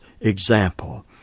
example